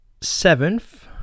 seventh